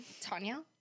Tanya